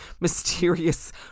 mysterious